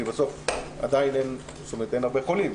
כי אין הרבה חולים.